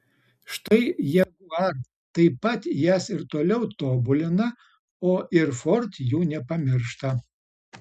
štai jaguar taip pat jas ir toliau tobulina o ir ford jų nepamiršta